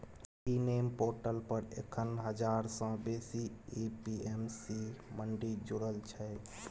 इ नेम पोर्टल पर एखन हजार सँ बेसी ए.पी.एम.सी मंडी जुरल छै